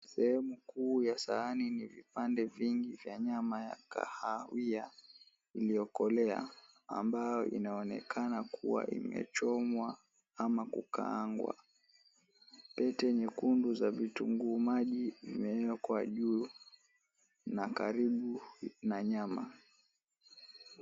Sehemu kuu ya sahani yenye vipande vingi vya nyama ya kahawia iliyokolea ambayo inaonekana kuwa imechomwa ama kukaangwa. Pete nyekundu za vitunguu maji vimeekwa juu na karibu na nyama.